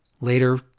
later